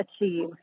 achieve